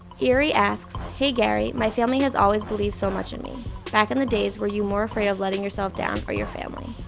iri asks, hey gary, my family has always believed so much in me. back in the days were you more afraid of letting yourself down or your family?